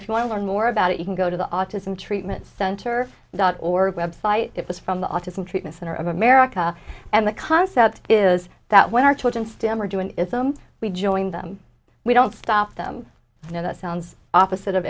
if you want to learn more about it you can go to the autism treatment center dot org website it was from the autism treatment center of america and the concept is that when our children stammer doing them we join them we don't stop them now that sounds opposite of